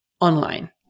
online